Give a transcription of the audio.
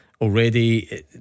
already